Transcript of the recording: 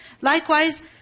Likewise